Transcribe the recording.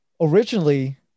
Originally